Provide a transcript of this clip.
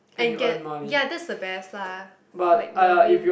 and get ya that's the best lah like Melvin